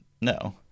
No